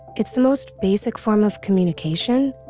it's the most basic form of communication.